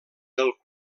del